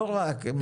לא רק.